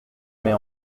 mets